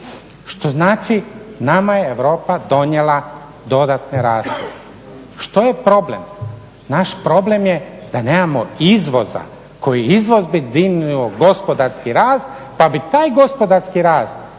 Što znači nama je Europa donijela dodatne rashode. Što je problem? Naš problem je da nemamo izvoza koji bi dignuo gospodarski rast pa bi taj gospodarski rast